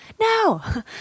no